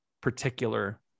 particular